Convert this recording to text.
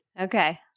Okay